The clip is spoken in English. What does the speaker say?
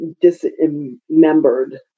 dismembered